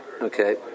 okay